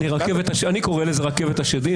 אני קורא לזה "רכבת השדים",